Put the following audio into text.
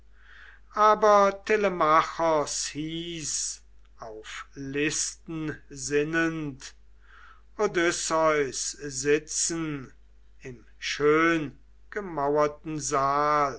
aber telemachos hieß auf listen sinnend odysseus sitzen im schöngemauerten saal